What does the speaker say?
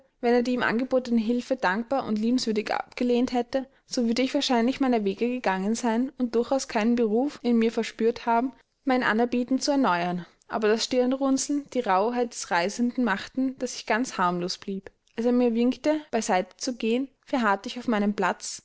wenn er die ihm angebotene hilfe dankbar und liebenswürdig abgelehnt hätte so würde ich wahrscheinlich meiner wege gegangen sein und durchaus keinen beruf in mir verspürt haben mein anerbieten zu erneuern aber das stirnrunzeln die rauhheit des reisenden machten daß ich ganz harmlos blieb als er mir winkte bei seite zu gehen verharrte ich auf meinem platze